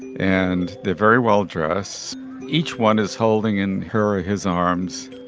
and they're very well-dressed. each one is holding in her his arms